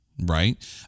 Right